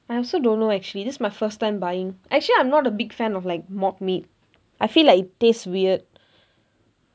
I also don't know actually that's my first time buying actually I'm not a big fan of like mock meat I feel like it taste weird